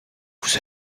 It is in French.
vous